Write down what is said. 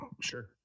Sure